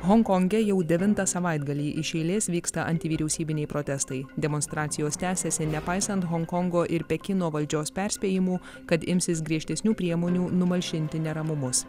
honkonge jau devintą savaitgalį iš eilės vyksta antivyriausybiniai protestai demonstracijos tęsiasi nepaisant honkongo ir pekino valdžios perspėjimų kad imsis griežtesnių priemonių numalšinti neramumus